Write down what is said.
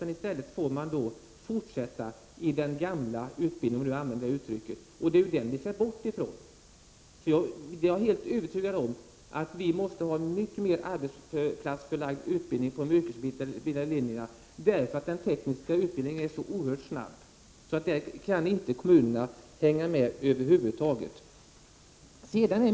I stället får man fortsätta med den ”gamla” utbildningen, och det är den vi skall bort i från. Jag är helt övertygad om att vi måste ha mycket mer arbetsplatsförlagd utbildning på de yrkesutbildande linjerna. Den tekniska utvecklingen är så oerhört snabb att kommunerna inte kan hänga med över huvud taget.